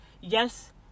yes